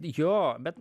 jo bet